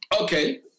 Okay